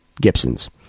Gibson's